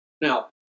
Now